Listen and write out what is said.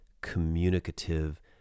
communicative